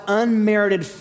unmerited